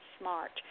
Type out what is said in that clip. smart